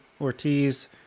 Ortiz